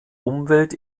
umwelt